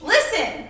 Listen